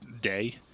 day